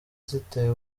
ziteye